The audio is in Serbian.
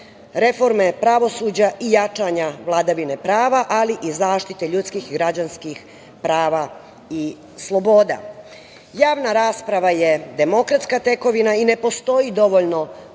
reforme pravosuđa i jačanja vladavine prava, ali i zaštite ljudskih i građanskih prava i sloboda. Javna rasprava je demokratska tekovina i ne postoji dovoljno